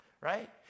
right